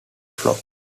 flow